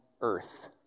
earth